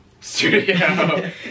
Studio